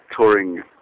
touring